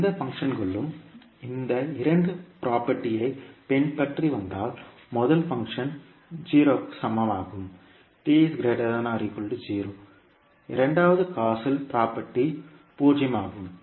எந்த பங்க்ஷன்களும் இந்த இரண்டு புரோபர்டி ஐ பின்பற்றி வந்தால் முதல் பங்க்ஷன் 0 இரண்டாவது காசல் ப்ராப்பர்ட்டி 0 ஆகும்